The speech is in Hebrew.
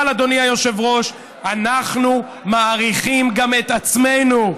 אבל, אדוני היושב-ראש, אנחנו מעריכים גם את עצמנו.